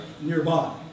nearby